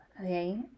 Okay